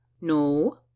No